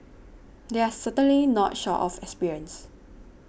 they are certainly not short of experience